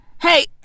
hey